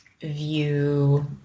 view